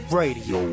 radio